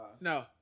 No